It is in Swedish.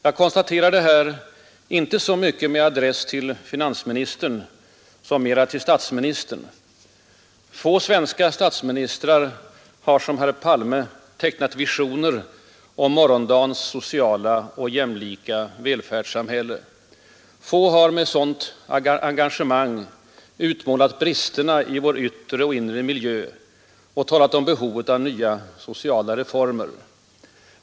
Jag konstaterar detta inte så mycket med adress till finansministern som mera till statsministern. Få svenska statsministrar har som herr Palme tecknat visioner om morgondagens sociala och jämlika välfärdssamhälle. Få har med sådant engagemang utmålat bristerna i vår yttre och inre miljö och talat om behovet av nya sociala reformer.